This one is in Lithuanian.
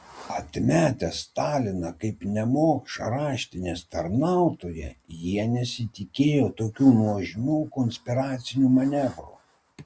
atmetę staliną kaip nemokšą raštinės tarnautoją jie nesitikėjo tokių nuožmių konspiracinių manevrų